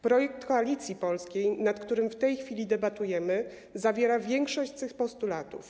Projekt Koalicji Polskiej, nad którym w tej chwili debatujemy, zawiera większość tych postulatów.